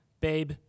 babe